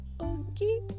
Okay